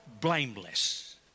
blameless